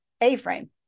a-frame